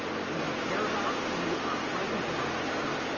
we care about, who are present in our system,